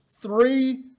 three